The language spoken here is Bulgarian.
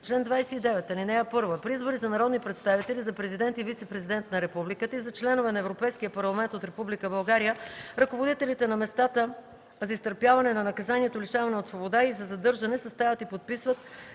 Чл. 29. (1) При избори за народни представители, за президент и вицепрезидент на републиката и за членове на Европейския парламент от Република България, ръководителите на местата за изтърпяване на наказанието лишаване от свобода и за задържане съставят и подписват